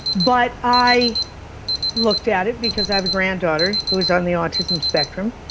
but i looked at it because i have a granddaughter who is on the autism spectrum.